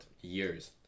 years